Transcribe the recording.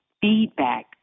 feedback